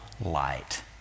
light